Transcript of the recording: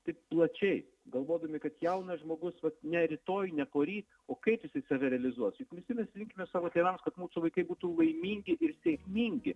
taip plačiai galvodami kad jaunas žmogus vat ne rytoj ne poryt o kaip jisai save realizuos juk visi mes linkime savo tėvams kad mūsų vaikai būtų laimingi ir sėkmingi